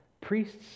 priests